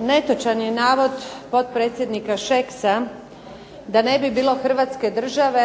Netočan je navod potpredsjednika Šeksa da ne bi bilo Hrvatske države